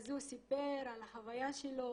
אז הוא סיפר על החוויה שלו,